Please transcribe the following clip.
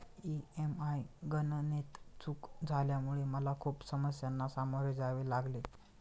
EMI गणनेत चूक झाल्यामुळे मला खूप समस्यांना सामोरे जावे लागले